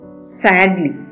sadly